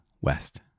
West